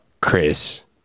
Chris